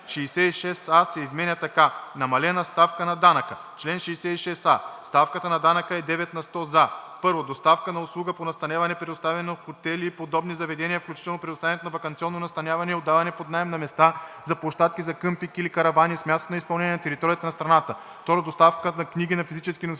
за: 1. доставка на услуга по настаняване, предоставяно в хотели и подобни заведения, включително предоставянето на ваканционно настаняване и отдаване под наем на места за площадки за къмпинг или каравани, с място на изпълнение на територията на страната; 2. доставка на книги на физически носители